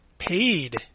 Paid